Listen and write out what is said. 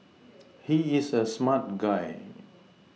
he is a smart guy